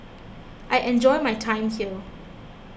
I enjoy my time here